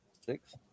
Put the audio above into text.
Six